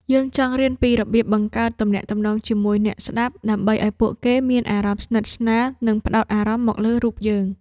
យើងចង់រៀនពីរបៀបបង្កើតទំនាក់ទំនង ជាមួយអ្នកស្ដាប់ ដើម្បីឱ្យពួកគេមានអារម្មណ៍ស្និទ្ធស្នាល និងផ្ដោតអារម្មណ៍មកលើរូបយើង។